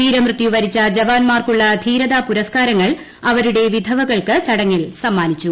വീരമൃത്യു വരിച്ച ജവാൻമാർക്കുള്ള ധീരതാ പുരസ്കാരങ്ങൾ അവരുടെ വിധവകൾക്ക് ചടങ്ങിൽ സമ്മാനിച്ചു